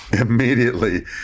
immediately